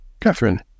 Catherine